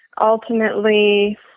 ultimately